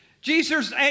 Jesus